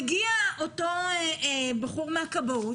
מגיע אותו בחור מהכבאות,